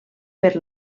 per